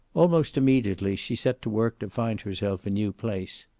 almost immediately she set to work to find herself a new place.